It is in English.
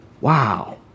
Wow